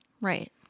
right